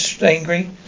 angry